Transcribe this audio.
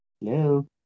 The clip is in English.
Hello